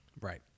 Right